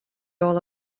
all